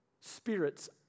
spirits